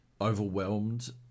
overwhelmed